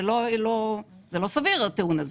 זה לא סביר הטיעון הזה.